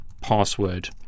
password